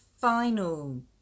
final